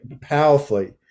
powerfully